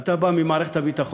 אתה בא ממערכת הביטחון,